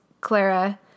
Clara